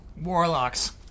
Warlocks